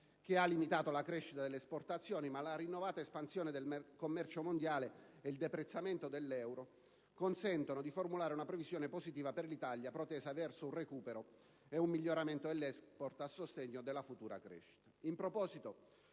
che ha limitato la crescita delle esportazioni, ma la rinnovata espansione del commercio mondiale ed il deprezzamento dell'euro consentono di formulare una previsione positiva per l'Italia, protesa verso un recupero ed un miglioramento dell'*export*, a sostegno della futura crescita.